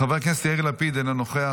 חבר הכנסת יאיר לפיד אינו נוכח,